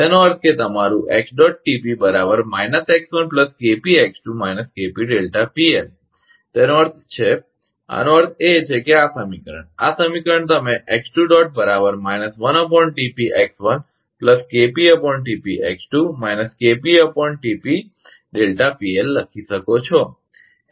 તેનો અર્થ એ કે તમારુ એનો અર્થ છે આનો અર્થ છે કે આ સમીકરણ આ સમીકરણ તમે લખી શકો છો